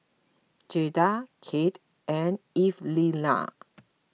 Jayda Kate and Evelena